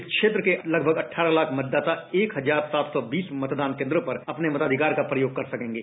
इस क्षेत्र के लगभग अठारह लाख मतदाता एक हजार सात सौ बीस मतदान केन्द्रों पर अपने मताधिकार का प्रयोग कर सकेंगे